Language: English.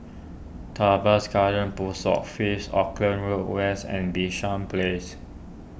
Tebans Garden Post Office Auckland Road West and Bishan Place